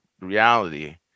reality